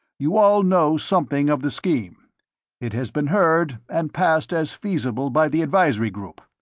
you all know something of the scheme it has been heard and passed as feasible by the advisory group.